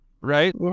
right